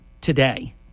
today